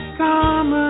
come